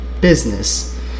Business